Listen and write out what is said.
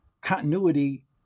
continuity